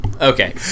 Okay